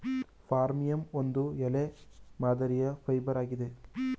ಫರ್ಮಿಯಂ ಒಂದು ಎಲೆ ಮಾದರಿಯ ಫೈಬರ್ ಆಗಿದೆ